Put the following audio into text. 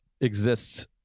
exists